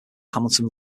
hamilton